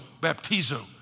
baptizo